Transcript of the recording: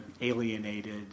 alienated